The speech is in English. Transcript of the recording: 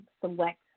select